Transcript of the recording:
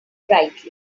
brightly